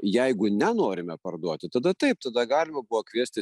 jeigu nenorime parduoti tada taip tada galima buvo kviesti